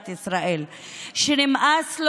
קנה חוכמה, בדיוק.